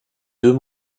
deux